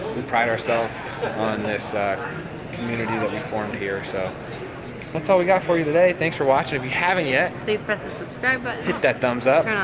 we pride ourselves on this community that we formed here. so that's all we got for you today. thanks for watching. if you haven't yet. please press the subscribe button. hit that thumbs up. yeah